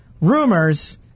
Rumors